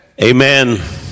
amen